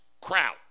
crowd